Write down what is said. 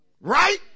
Right